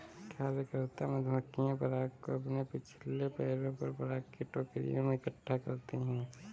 कार्यकर्ता मधुमक्खियां पराग को अपने पिछले पैरों पर पराग की टोकरियों में इकट्ठा करती हैं